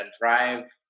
drive